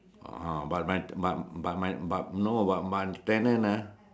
oh but my but my but my but no but my tenant ah